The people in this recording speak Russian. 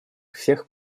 всех